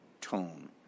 tone